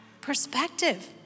Perspective